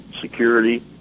security